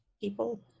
people